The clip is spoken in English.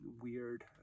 weird